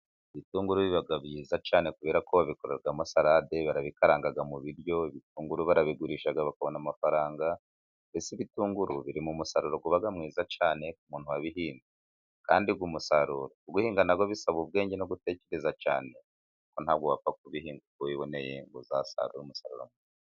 Ibitunguru biba byiza cyane kubera ko babikoramo sarade, barabikaranga mu biryo, Ibitunguru barabigurisha bakabona amafaranga, mbese ibitunguru biri mu musaruro uba mwiza cyane ku muntu wabihinze, kandi uwo musaruro, kubihinga nabwo bisaba ubwenge no gutekereza cyane, kuko ntabwo wapfa kubihinga uko wiboneye ngo uzasarure umusaruro...